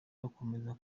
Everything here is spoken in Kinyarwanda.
bakomeza